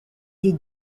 des